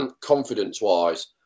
confidence-wise